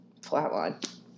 flatline